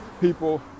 people